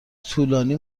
طولانی